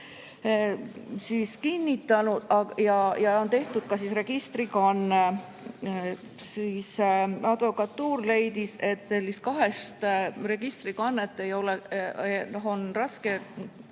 selle kinnitanud ja on tehtud ka registrikanne. Advokatuur leidis, et sellist kahest registrikannet on raske